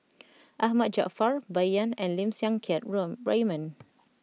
Ahmad Jaafar Bai Yan and Lim Siang Keat Raymond